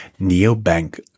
Neobank